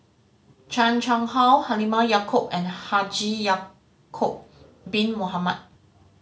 Chan Chang How Halimah Yacob and Haji Ya'acob Bin Mohamed